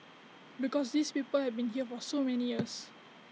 because these people have been here for so many years